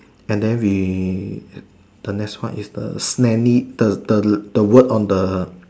and then we the next one is the smelly the the word on the